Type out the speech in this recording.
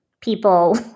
people